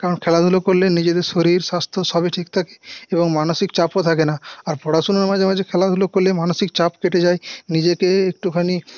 কারণ খেলাধুলো করলে নিজেদের শরীর স্বাস্থ্য সবই ঠিক থাকে এবং মানসিক চাপও থাকে না আর পড়াশুনোর মাঝে মাঝে খেলাধুলো করলে মানসিক চাপ কেটে যায় নিজেকে একটুখানি